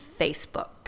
Facebook